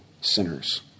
sinners